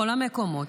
בכל המקומות,